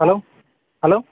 hello hello